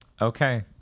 Okay